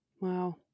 Wow